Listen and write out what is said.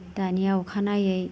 दानिया अखानायै